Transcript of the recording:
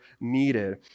needed